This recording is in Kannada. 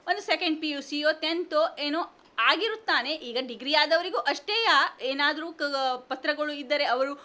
ಒಂದು ಸೆಕೆಂಡ್ ಪಿ ಯು ಸಿಯೋ ತೆಂತೊ ಏನೋ ಆಗಿರುತ್ತಾನೆ ಈಗ ಡಿಗ್ರಿ ಆದವ್ರಿಗೂ ಅಷ್ಟೆ ಏನಾದ್ರೂ ಕ ಪತ್ರಗಳು ಇದ್ದರೆ ಅವರು